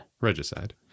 regicide